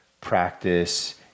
practice